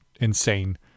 insane